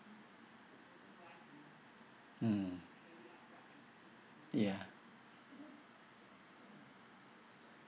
mm ya